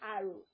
arrow